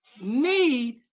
need